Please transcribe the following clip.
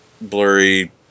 blurry